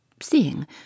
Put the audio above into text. seeing